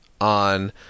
On